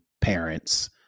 parents